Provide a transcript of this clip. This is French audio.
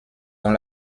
dont